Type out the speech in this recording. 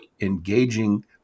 engaging